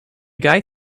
guy